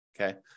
Okay